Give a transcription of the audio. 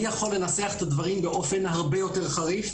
יכול לנסח את הדברים באופן הרבה יותר חריף,